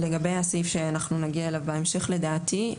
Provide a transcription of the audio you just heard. לגבי הסעיף שאנחנו נגיע אליו בהמשך לדעתי,